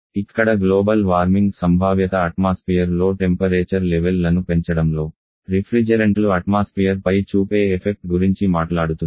ఇక్కడ global warming సంభావ్యత atmosphere లో టెంపరేచర్ లెవెల్ లను పెంచడంలో రిఫ్రిజెరెంట్లు అట్మాస్పియర్ పై చూపే ఎఫెక్ట్ గురించి మాట్లాడుతుంది